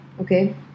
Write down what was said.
Okay